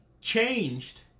changed